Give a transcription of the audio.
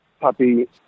puppy